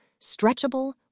stretchable